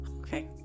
okay